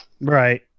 Right